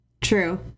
True